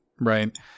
Right